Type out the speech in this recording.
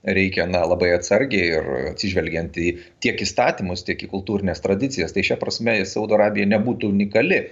reikia na labai atsargiai ir atsižvelgiant į tiek įstatymus tiek į kultūrines tradicijas tai šia prasme saudo arabija nebūtų unikali